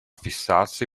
fissarsi